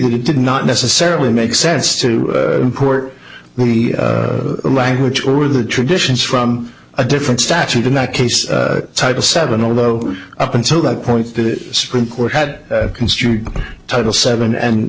that it did not necessarily make sense to import the language or the traditions from a different statute in that case title seven although up until that point the supreme court had construed title seven and